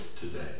today